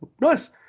nice